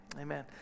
Amen